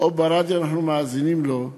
או ברדיו ואנחנו מאזינים לו,